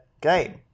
game